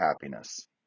happiness